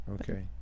Okay